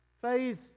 faith